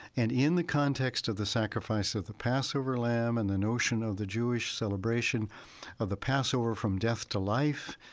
and in the context of the sacrifice of the passover lamb and the notion of the jewish celebration of the passover from death to life,